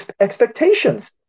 expectations